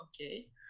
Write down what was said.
Okay